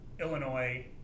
Illinois-